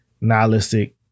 nihilistic